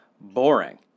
boring